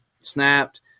snapped